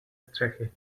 střechy